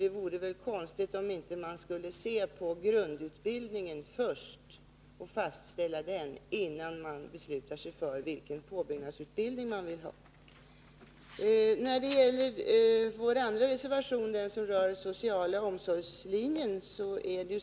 Det vore väl konstigt om man inte skulle se först på grundutbildningen och fastställa den, innan man beslutar sig för vilken påbyggnadsutbildning man vill ha. Vår andra reservation gäller sociala omsorgslinjen.